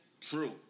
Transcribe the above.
true